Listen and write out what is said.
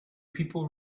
people